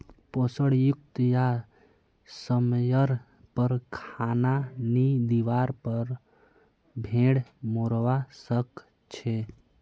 पोषण युक्त या समयर पर खाना नी दिवार पर भेड़ मोरवा सकछे